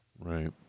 Right